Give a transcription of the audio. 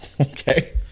Okay